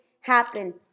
happen